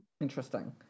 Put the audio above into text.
Interesting